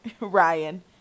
ryan